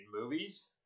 movies